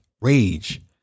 rage